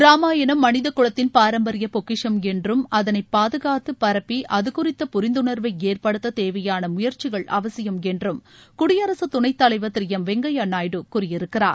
ராமாயணம் மனித குலத்தின் பாரம்பரிய பொக்கிஷம் என்றும் அதனை பாதுகாத்து பரப்பி அது குறித்த புரிந்துணர்வை ஏற்படுத்த தேவையான முயற்சிகள் அவசியம் என்றும் குயடிரக துணைத் தலைவர் திரு எம் வெங்கய்யா நாயுடு கூறியிருக்கிறார்